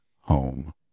home